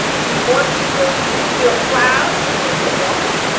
we want people to feel proud to say who they are.